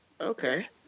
Okay